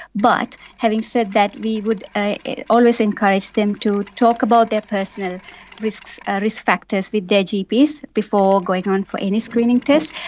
but having said that, we would always encourage them to talk about their personal risk ah risk factors with their gps before going on for any screening test,